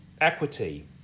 equity